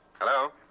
Hello